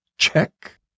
check